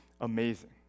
amazing